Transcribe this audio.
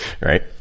Right